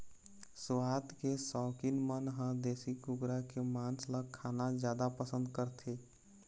सुवाद के सउकीन मन ह देशी कुकरा के मांस ल खाना जादा पसंद करथे